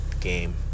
game